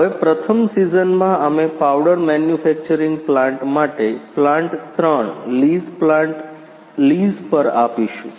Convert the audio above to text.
હવે પ્રથમ સીઝનમાં અમે પાઉડર મેન્યુફેક્ચરિંગ પ્લાન્ટ માટે પ્લાન્ટ 3 લીઝ પ્લાન્ટ લીઝ પર આપીશું